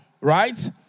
right